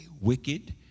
wicked